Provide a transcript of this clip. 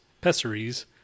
pessaries